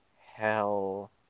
hell